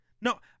No